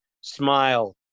smile